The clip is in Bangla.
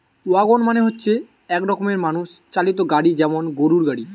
ওয়াগন মানে হচ্ছে এক রকমের মানুষ চালিত গাড়ি যেমন গরুর গাড়ি